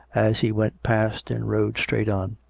as he went past and rode straight on.